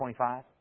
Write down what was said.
25